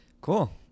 Cool